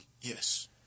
Yes